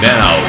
Now